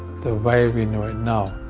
the way we know it now,